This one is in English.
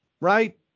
right